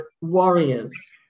warriors